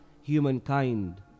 humankind